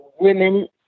women